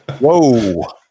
whoa